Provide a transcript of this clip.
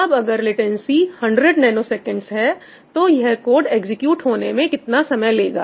अब अगर latency 100 nanoseconds है तो यह कोड एग्जीक्यूट होने में कितना समय लेगा